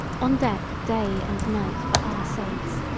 on deck day and night for our sakes,